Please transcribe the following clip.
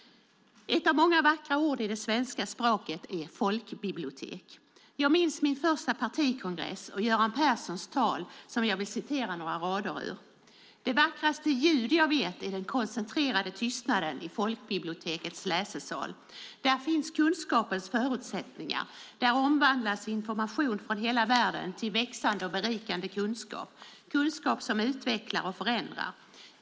Ett av många vackra ord i det svenska språket är folkbibliotek. Jag minns min första partikongress och Göran Perssons tal som jag vill citera några rader ur: "Det vackraste ljud jag vet är den koncentrerade tystnaden i folkbibliotekets läsesal. Där finns kunskapens förutsättningar. Där omvandlas information från hela världen till växande och berikande kunskap, kunskap som utvecklar och förändrar.